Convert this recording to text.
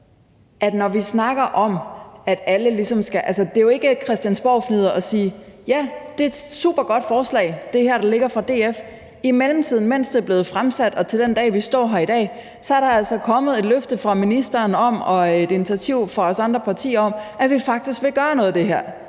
at det jo ikke er christiansborgfnidder at sige: Det, der ligger fra DF, er et supergodt forslag, men i mellemtiden, fra det blev fremsat og til i dag, er der altså kommet et løfte fra ministeren og et initiativ fra os andre partier om, at vi faktisk vil gøre noget af det her.